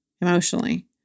emotionally